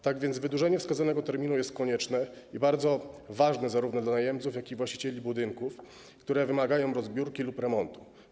Tak więc wydłużenie wskazanego terminu jest konieczne i bardzo ważne, zarówno dla najemców, jak i właścicieli budynków, które wymagają rozbiórki lub remontu.